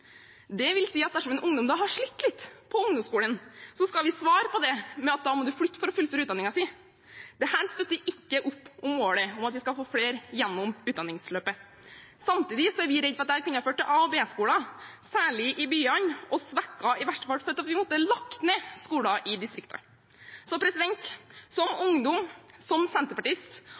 at dersom en ungdom hadde slitt litt på ungdomsskolen, skal vi svare på det med at de da må flytte for å fullføre utdanningen sin. Dette støtter ikke opp om målet om at vi skal få flere gjennom utdanningsløpet. Samtidig er vi redd for at dette kunne ha ført til A- og B-skoler, særlig i byene, og svekket – og i verste fall ha ført til at vi måtte ha lagt ned – skoler i distriktene. Som ungdom, som senterpartist